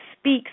speaks